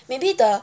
maybe the